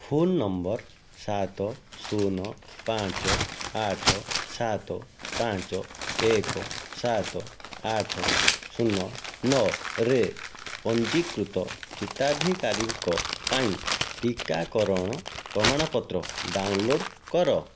phone number ସାତ ଶୂନ ପାଞ୍ଚ ଆଠ ସାତ ପାଞ୍ଚ ଏକ ସାତ ଆଠ ଶୂନ ନଅରେ ପଞ୍ଜୀକୃତ ହିତାଧିକାରୀଙ୍କ ପାଇଁ ଟିକାକରଣ ପ୍ରମାଣପତ୍ର ଡାଉନଲୋଡ଼୍ କର